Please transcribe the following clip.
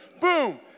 boom